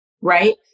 Right